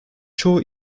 çoğu